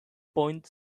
point